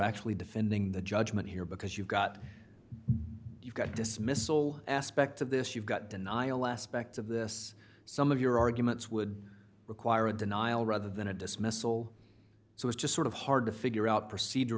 actually defending the judgment here because you've got you've got dismissal aspects of this you've got denial aspects of this some of your arguments would require a denial rather than a dismissal so it's just sort of hard to figure out procedur